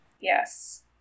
Yes